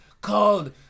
called